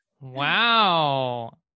Wow